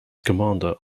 commander